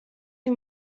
این